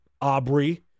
Aubrey